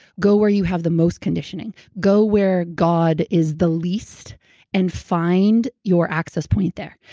go where you have the most conditioning. go where god is the least and find your access point there.